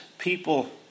people